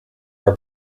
are